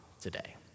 today